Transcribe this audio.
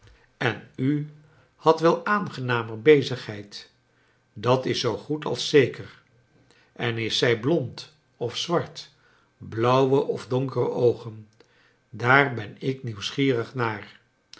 en nhadt wel aangenamer bezigheid dat is zoo goed als zeker en is zij blond of zwart blauwe of donkere oogen daar ben ik nieuwsgierig naar